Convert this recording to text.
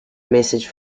message